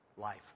life